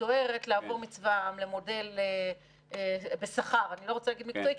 שדוהרת לעבור מצבא העם למודל בשכר אני לא רוצה להגיד מקצועי,